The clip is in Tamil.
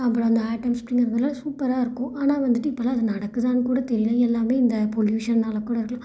அப்புறம் அந்த ஆட்டம் ஸ்பிரிங் அது நல்லா சூப்பராக இருக்கும் ஆனால் வந்துவிட்டு இப்போ எல்லாம் அது நடக்குதான்னு கூட தெரியலை எல்லாமே இந்த பொல்யூஷனால கூட இருக்கலாம்